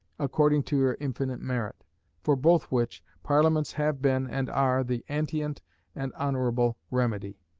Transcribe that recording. according to your infinite merit for both which, parliaments have been and are the antient and honourable remedy.